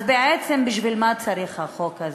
אז בעצם, בשביל מה צריך את החוק הזה?